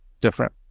different